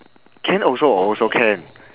can also also can